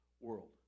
world